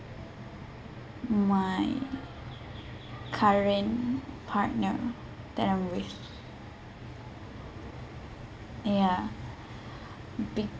my current partner that I'm with ya